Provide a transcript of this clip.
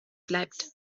bleibt